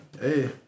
Hey